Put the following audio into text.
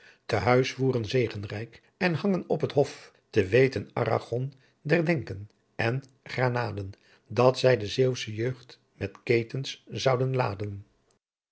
t huis voeren zegenrijk en hangen op het hof te weten arragon dar denken en granaden dat zy de zeeuwsche jeugdt met keetens zouden laden